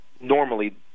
normally